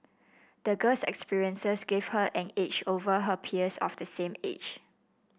the girl's experiences gave her an edge over her peers of the same age